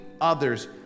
others